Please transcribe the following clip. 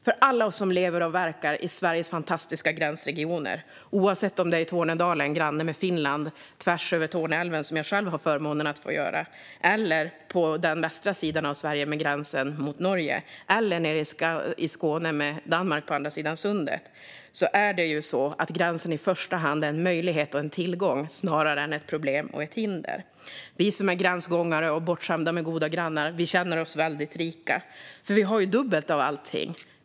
För alla oss som lever och verkar i Sveriges fantastiska gränsregioner, oavsett om det är i Tornedalen, granne med Finland tvärs över Torneälven - vilket jag själv har förmånen att få göra - eller på Sveriges västra sida med gränsen mot Norge eller i Skåne med Danmark på andra sidan Sundet, är gränsen i första hand en möjlighet och en tillgång snarare än ett problem och ett hinder. Vi som är gränsgångare och bortskämda med goda grannar känner oss väldigt rika. Vi har ju dubbelt av allting.